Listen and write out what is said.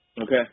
Okay